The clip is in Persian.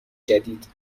جدید